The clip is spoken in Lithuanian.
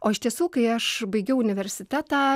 o iš tiesų kai aš baigiau universitetą